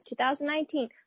2019